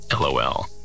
LOL